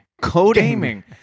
Coding